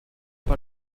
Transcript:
pas